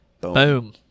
Boom